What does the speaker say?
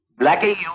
Blackie